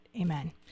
Amen